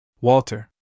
Walter